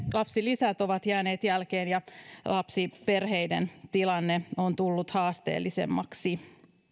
lapsilisät ovat jääneet jälkeen ja lapsiperheiden tilanne on tullut haasteellisemmaksi